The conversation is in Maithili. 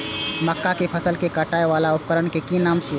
मक्का के फसल कै काटय वाला उपकरण के कि नाम छै?